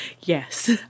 yes